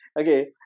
Okay